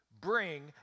bring